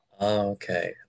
Okay